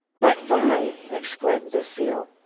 but phi? exclaimed lucile.